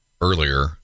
Earlier